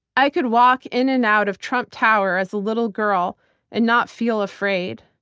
i could walk in and out of trump tower as a little girl and not feel afraid.